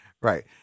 right